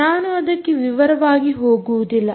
ನಾನು ಅದಕ್ಕೆ ವಿವರವಾಗಿ ಹೋಗುವುದಿಲ್ಲ